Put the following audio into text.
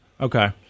Okay